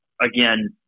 again